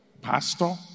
Pastor